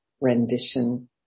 rendition